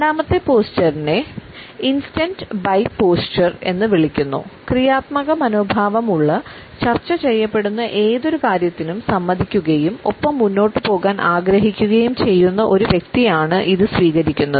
രണ്ടാമത്തെ പോസ്ചറിനെ instant by posture എന്ന് വിളിക്കുന്നു ക്രിയാത്മക മനോഭാവമുള്ള ചർച്ച ചെയ്യപ്പെടുന്ന ഏതൊരു കാര്യത്തിനും സമ്മതിക്കുകയും ഒപ്പം മുന്നോട്ട് പോകാൻ ആഗ്രഹിക്കുകയും ചെയ്യുന്ന ഒരു വ്യക്തിയാണ് ഇത് സ്വീകരിക്കുന്നത്